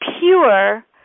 pure